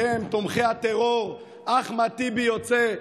והם, תומכי הטרור, אחמד טיבי יוצא.